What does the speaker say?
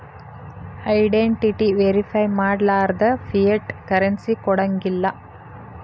identity verify ಮಾಡ್ಲಾರ್ದ fiat currency ಕೊಡಂಗಿಲ್ಲಾ